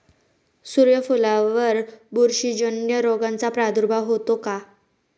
सूर्यफुलावर बुरशीजन्य रोगाचा प्रादुर्भाव होतो का?